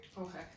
Okay